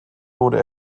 wurde